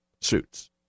suits